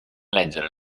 leggere